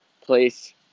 place